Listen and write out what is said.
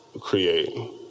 create